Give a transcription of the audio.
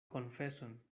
konfeson